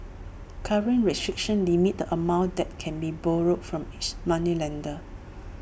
current restrictions limit the amount that can be borrowed from each moneylender